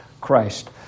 Christ